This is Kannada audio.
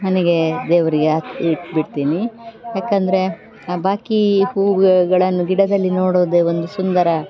ಮನೆಗೆ ದೇವರಿಗೆ ಹಾಕಿ ಇಟ್ಟುಬಿಡ್ತೀನಿ ಏಕಂದ್ರೆ ಬಾಕಿ ಹೂವುಗಳನ್ನು ಗಿಡದಲ್ಲಿ ನೋಡೋದೇ ಒಂದು ಸುಂದರ